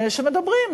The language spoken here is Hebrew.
שמדברים,